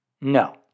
No